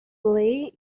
lay